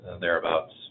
thereabouts